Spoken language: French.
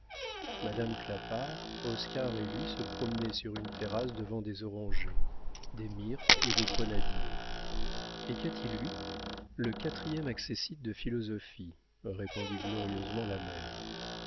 madame clapart oscar et lui se promenaient sur une terrasse devant des orangers des myrtes et grenadiers et qu'a-t-il eu le quatrième accessit de philosophie répondit glorieusement la mère